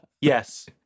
Yes